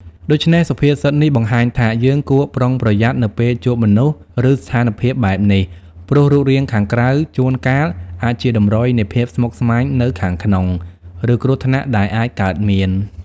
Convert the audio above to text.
ដូច្នេះ សុភាសិតនេះបង្ហាញថាយើងគួរប្រុងប្រយ័ត្ននៅពេលជួបមនុស្ស ឬស្ថានភាពបែបនេះ ព្រោះរូបរាងខាងក្រៅជួនកាលអាចជាតម្រុយនៃភាពស្មុគស្មាញនៅខាងក្នុង ឬគ្រោះថ្នាក់ដែលអាចកើតមាន។